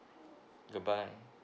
goodbye